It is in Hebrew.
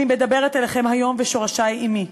אני מדברת אליכם היום ושורשי עמי,